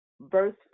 verse